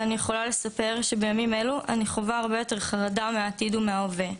ואני יכולה לספר שבימים אלו אני חווה הרבה יותר חרדה מהעתיד ומההווה.